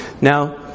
Now